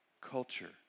culture